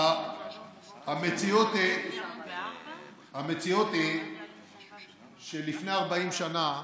המציאות היא שלפני 40 שנה,